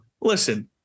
Listen